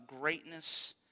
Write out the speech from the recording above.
greatness